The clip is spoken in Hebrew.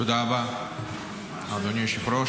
תודה רבה, אדוני היושב-ראש.